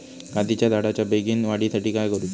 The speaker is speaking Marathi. काजीच्या झाडाच्या बेगीन वाढी साठी काय करूचा?